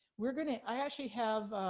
we're gonna, i actually have,